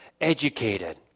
educated